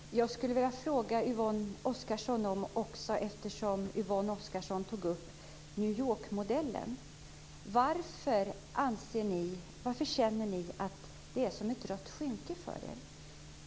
Fru talman! Jag skulle vilja ställa en fråga till Yvonne Oscarsson, eftersom Yvonne Oscarsson tog upp New York-modellen. Varför känner ni att det är ett rött skynke för er?